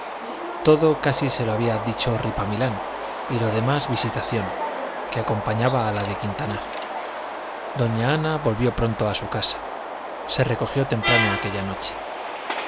todo casi se lo había dicho ripamilán y lo demás visitación que acompañaba a la de quintanar doña ana volvió pronto a su casa se recogió temprano aquella noche